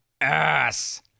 ass